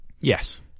Yes